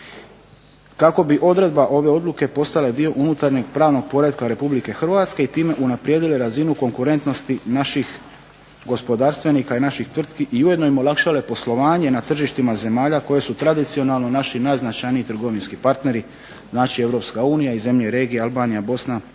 kako bi odredba ove odluke postala dio unutarnjeg pravnog poretka Republike Hrvatske i time unaprijedile razinu konkurentnosti naših gospodarstvenika i naših tvrtki i ujedno im olakšale poslovanje na tržištima zemalja koje su tradicionalno naši najznačajniji trgovinski partneri. Znači, Europska unija i zemlje regije Albanija, Bosna i